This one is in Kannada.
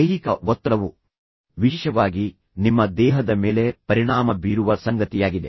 ದೈಹಿಕ ಒತ್ತಡವು ವಿಶೇಷವಾಗಿ ನಿಮ್ಮ ದೇಹದ ಮೇಲೆ ಪರಿಣಾಮ ಬೀರುವ ಸಂಗತಿಯಾಗಿದೆ